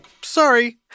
Sorry